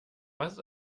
was